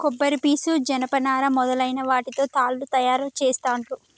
కొబ్బరి పీసు జనప నారా మొదలైన వాటితో తాళ్లు తయారు చేస్తాండ్లు